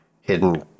hidden